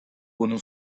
bunun